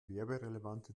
werberelevante